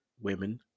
women